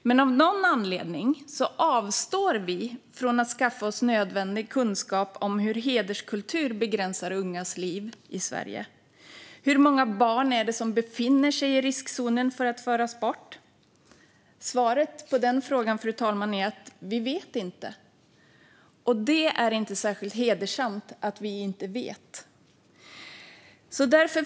Men av någon anledning avstår vi från att skaffa oss nödvändig kunskap om hur hederskultur begränsar ungas liv i Sverige. Hur många barn befinner sig i riskzonen för att föras bort? Svaret på den frågan, fru talman, är att vi inte vet. Och det är inte särskilt hedersamt att vi inte vet. Fru talman!